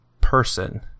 person